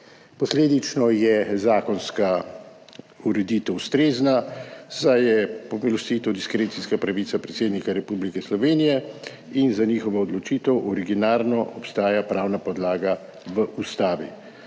Posledično je zakonska ureditev ustrezna, saj je oprostitev diskrecijska pravica predsednika Republike Slovenije in za njihovo odločitev originalno obstaja pravna podlaga v Ustavi.